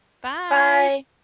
Bye